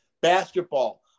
Basketball